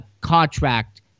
contract